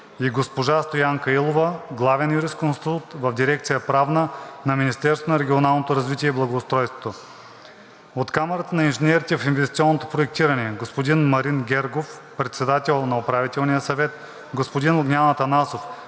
и г-жа Стоянка Илова – главен юрисконсулт в дирекция „Правна“ на Министерството на регионалното развитие и благоустройството; - от Камарата на инженерите в инвестиционното проектиране – господин Марин Гергов – председател на УС, господин Огнян Атанасов